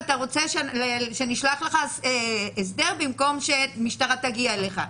תגיד 'כן' אם אתה רוצה שנשלח לך הסדר במקום שמשטרה תגיע אליך.